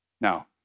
Now